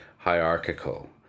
hierarchical